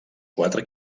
quatre